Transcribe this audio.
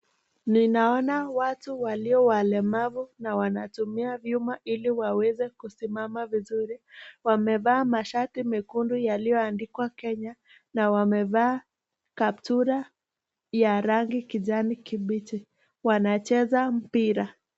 Ninaona watu waliowalemavu na wanatumia vyuma ili waweze kusimama vizuri. Wamevaa mashati mekundu yaliyoandikwa Kenya na wamevaa kaptura ya rangi kijani kibichi. Wanacheza mpira.